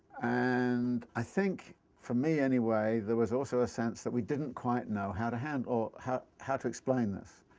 and i think, for me, anyway, there was also a sense that we didn't quite know how to handle, or how how to explain this.